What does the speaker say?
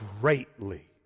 greatly